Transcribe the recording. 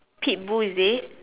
Pitbull is it